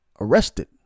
arrested